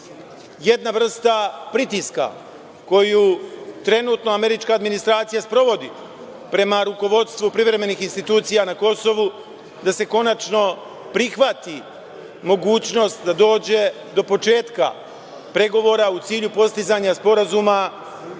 jedna vrsta pritiska koju trenutno američka administracija sprovodi prema rukovodstvu privremenih institucija na Kosovu, da se konačno prihvati mogućnost da dođe do početka pregovora u cilju postizanja sporazuma,